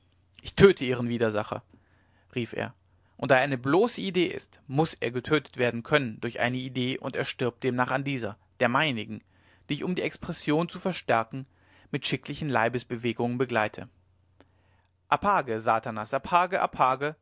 ich töte ihren widersacher rief er und da er eine bloße idee ist muß er getötet werden können durch eine idee und erstirbt demnach an dieser der meinigen die ich um die expression zu verstärken mit schicklichen leibesbewegungen begleite apage satanas